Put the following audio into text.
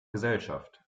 gesellschaft